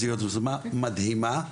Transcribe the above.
זו יוזמה מדהימה.